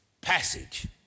passage